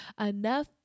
enough